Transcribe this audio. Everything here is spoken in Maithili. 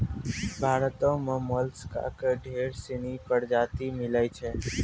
भारतो में मोलसका के ढेर सिनी परजाती मिलै छै